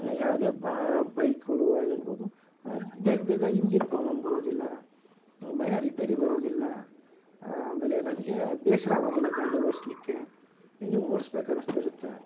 ಯಾವುದೇ ಬೈಕ್ಗಳು ಆಗಿರ್ಬೋದು ಬೇಗ ಬೇಗ ಇಂಜಿನ್ ಪ್ರಾಬ್ಲಮ್ ಬರೋದಿಲ್ಲ ಮೈನರ್ ರೀಪೇರಿ ಬರೋದಿಲ್ಲ ಆಮೇಲೆ ನನಗೆ ಬೇಸರ ಆಗೋದಿಲ್ಲ ಗಾಡಿ ಓಡಿಸ್ಲಿಕ್ಕೆ ಇನ್ನು ಓಡಿಸ್ಬೇಕ್ ಅನಿಸ್ತಿರುತ್ತೆ